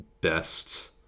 best